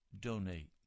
Donate